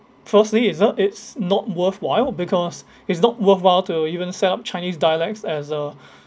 firstly it's uh it's not worthwhile because it's not worthwhile to even set up chinese dialects as a